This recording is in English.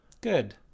Good